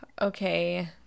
Okay